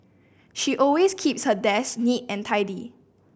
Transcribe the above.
she always keeps her desk neat and tidy